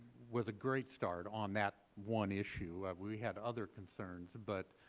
was a great start on that one issue. we had other concerns. but,